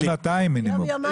פה כתוב שנתיים מינימום.